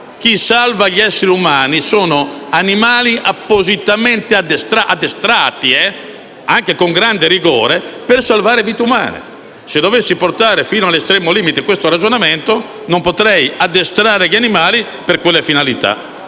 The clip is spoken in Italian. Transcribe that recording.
a salvare gli esseri umani sono gli animali appositamente addestrati, anche con grande rigore, per salvare vite umane. Se dovessi portare fino all'estremo limite questo ragionamento, non potrei addestrare gli animali per quelle finalità